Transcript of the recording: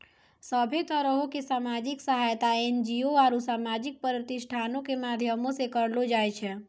सभ्भे तरहो के समाजिक सहायता एन.जी.ओ आरु समाजिक प्रतिष्ठानो के माध्यमो से करलो जाय छै